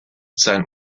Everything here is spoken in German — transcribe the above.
sein